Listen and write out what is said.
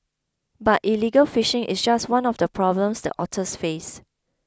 but illegal fishing is just one of the problems the otters face